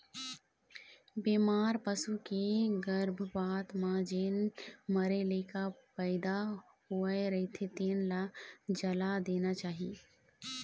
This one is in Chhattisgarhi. बेमार पसू के गरभपात म जेन मरे लइका पइदा होए रहिथे तेन ल जला देना चाही